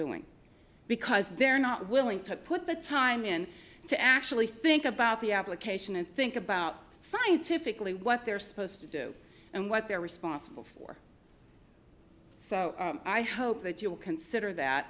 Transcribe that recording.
doing because they're not willing to put the time in to actually think about the application and think about scientifically what they're supposed to do and what they're responsible for so i hope that you will consider that